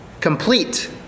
complete